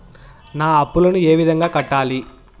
నా అప్పులను ఏ విధంగా కట్టాలి?